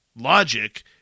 logic